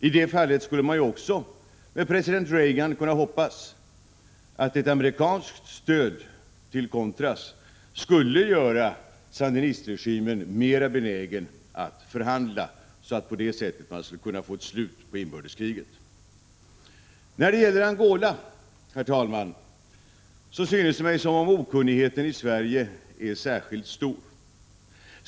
I det fallet skulle man ju också med president Reagan kunna hoppas att ett amerikanskt stöd till Contras skulle göra sandinistregimen mera benägen att förhandla, så att man på det sättet skulle kunna få ett slut på inbördeskriget. När det gäller Angola, herr talman, synes det mig som om okunnigheten i Sverige är särskilt stor.